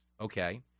okay